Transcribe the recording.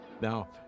Now